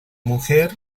mujer